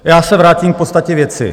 Já se vrátím k podstatě věci.